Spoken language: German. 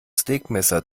steakmesser